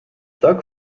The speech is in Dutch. dak